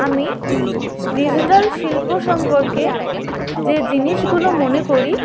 আমি ডিজিটাল শিল্প সম্পর্কে যে জিনিসগুলো মনে করি